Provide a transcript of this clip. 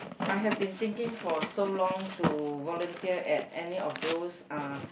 I have been thinking for so long to volunteer at any of those uh